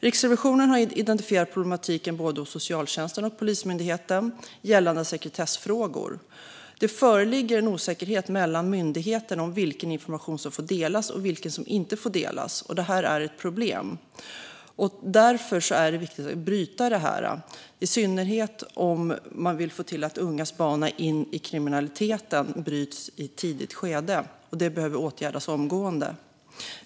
Riksrevisionen har identifierat problematiken både hos socialtjänsten och hos Polismyndigheten gällande sekretessfrågor. Det föreligger en osäkerhet mellan myndigheterna om vilken information som får delas och vilken som inte får delas. Detta är ett problem. Därför är det viktigt att bryta det här, i synnerhet om man vill få till att ungas bana in i kriminalitet bryts i ett tidigt skede. Detta behöver åtgärdas omgående.